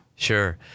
Sure